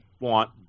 want